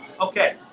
Okay